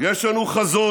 יש לנו חזון